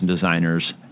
designers